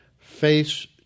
face